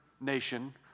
nation